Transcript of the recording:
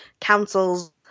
councils